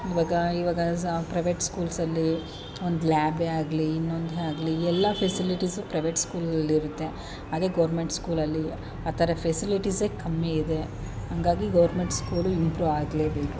ಇವಾಗ ಇವಾಗ ಪ್ರವೇಟ್ ಸ್ಕೂಲ್ಸಲ್ಲೀ ಒಂದು ಲ್ಯಾಬೇ ಆಗಲೀ ಇನ್ನೊಂದೇ ಆಗಲೀ ಎಲ್ಲ ಫೆಸಿಲಿಟೀಸು ಪ್ರವೇಟ್ ಸ್ಕೂಲುಗಳಲ್ಲಿ ಇರುತ್ತೆ ಅದೆ ಗೊರ್ಮೆಂಟ್ ಸ್ಕೂಲಲ್ಲಿ ಆ ಥರ ಫೆಸಿಲಿಟೀಸೆ ಕಮ್ಮಿಇದೆ ಹಂಗಾಗಿ ಗೊರ್ಮೆಂಟ್ ಸ್ಕೂಲ್ ಇಂಪ್ರೂವ್ ಆಗಲೇಬೇಕು